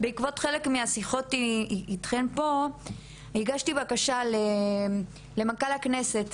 בעקבות חלק מהשיחות פה הגשתי בקשה למנכ"ל הכנסת